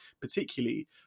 particularly